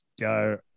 go